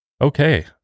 Okay